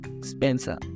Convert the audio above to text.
Spencer